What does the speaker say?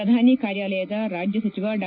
ಪ್ರಧಾನಿ ಕಾರ್ಯಾಲಯದ ರಾಜ್ಯ ಸಚಿವ ಡಾ